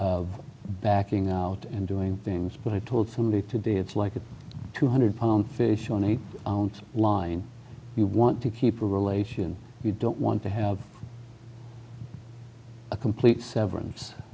of backing out and doing things but i told somebody today it's like a two hundred pound fish on a line you want to keep a and you don't want to have a complete severance